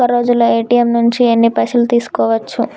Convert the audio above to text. ఒక్కరోజులో ఏ.టి.ఎమ్ నుంచి ఎన్ని పైసలు తీసుకోవచ్చు?